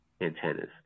antennas